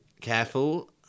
careful